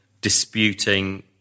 disputing